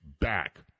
back